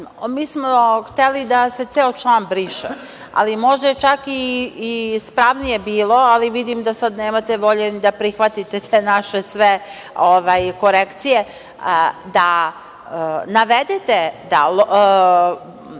smo hteli da se ceo član briše, ali možda je čak i ispravnije bilo, ali vidim da sad nemate volje da prihvatite te naše sve korekcije, da navedete da